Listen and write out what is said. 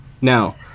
Now